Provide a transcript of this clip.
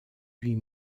huit